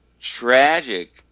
tragic